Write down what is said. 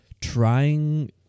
trying